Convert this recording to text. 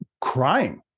crying